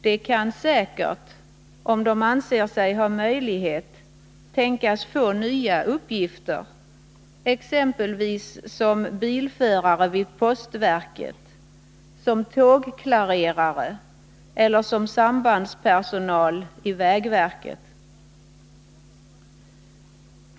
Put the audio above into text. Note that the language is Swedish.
Deras medlemmar kan säkert, om de anser sig ha möjlighet, tänkas få nya uppgifter, exempelvis som tågklarerare, som bilförare vid postverket och som sambandspersonal till vägverket.